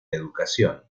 educación